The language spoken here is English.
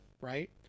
right